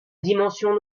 dimension